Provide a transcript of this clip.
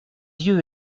yeux